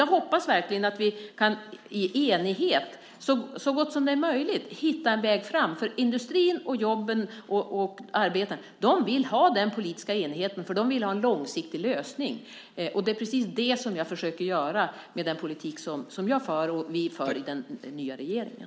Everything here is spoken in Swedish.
Jag hoppas verkligen att vi så långt det är möjligt i enighet kan hitta en väg. Industrin och jobben vill ha den politiska enigheten. De vill ha en långsiktig lösning. Det är det jag försöker få med den politik som vi för i den nya regeringen.